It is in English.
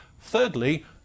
Thirdly